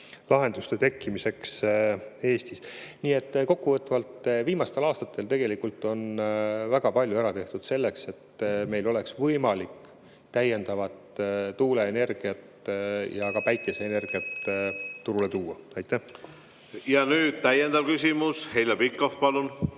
tekkimiseks Eestis. Nii et kokkuvõtvalt, viimastel aastatel on tegelikult väga palju ära tehtud selleks, et meil oleks võimalik rohkem tuuleenergiat ja ka päikeseenergiat turule tuua. Ja nüüd täiendav küsimus. Heljo Pikhof, palun!